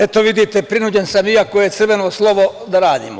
Eto vidite, prinuđen sam iako je crveno slovo, da radimo.